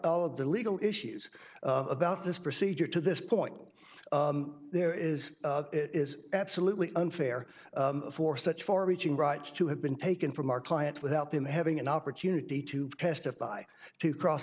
of the legal issues about this procedure to this point there is it is absolutely unfair for such far reaching rights to have been taken from our client without them having an opportunity to testify to cross